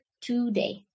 today